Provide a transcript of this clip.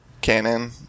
canon